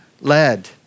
led